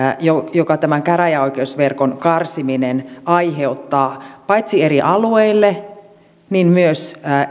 jota tämän käräjäoikeusverkon karsiminen aiheuttaa paitsi eri alueille myös